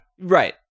Right